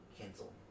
Cancel